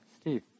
Steve